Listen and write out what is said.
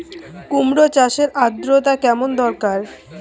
কুমড়ো চাষের আর্দ্রতা কেমন দরকার?